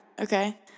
okay